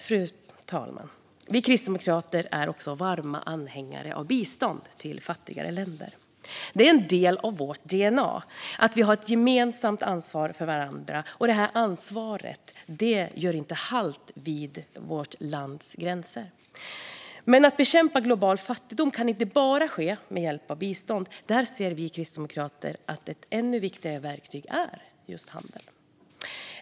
Fru talman! Vi kristdemokrater är också varma anhängare av bistånd till fattigare länder. Det är en del av vårt dna att vi har ett gemensamt ansvar för varandra och att ansvaret inte gör halt vid vårt lands gränser. Men bekämpning av global fattigdom kan inte bara ske med hjälp av bistånd, utan där ser vi kristdemokrater att ett ännu viktigare verktyg är handeln.